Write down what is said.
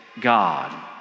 God